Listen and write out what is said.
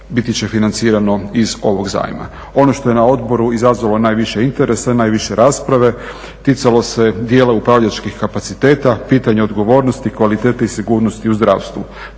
biti će financirano iz ovog zajma. Ono što je na odboru izazvalo najviše interesa, najviše rasprave ticalo se dijela upravljačkih kapaciteta, pitanja odgovornosti, kvalitete i sigurnosti u zdravstvu.